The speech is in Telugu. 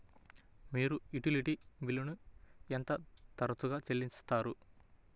మీరు యుటిలిటీ బిల్లులను ఎంత తరచుగా చెల్లిస్తారు?